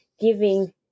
giving